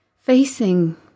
facing